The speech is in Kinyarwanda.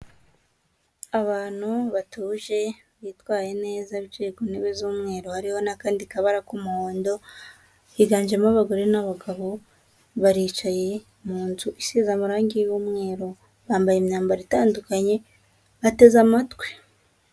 Abantu batuje bitwaye neza bicaye ku ntebe z'umweru hariho n'akandi kabara k'umuhondo higanjemo abagore n'abagabo baricaye mu nzu isize amarangi y'umweru, bambaye imyambaro itandukanye, bateze amatwi.